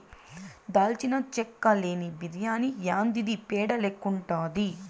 దాల్చిన చెక్క లేని బిర్యాని యాందిది పేడ లెక్కుండాది